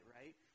right